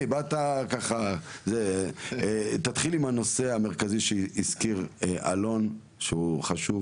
עם הנושא המרכזי שהזכיר אלון שהוא חשוב,